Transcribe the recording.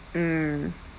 mm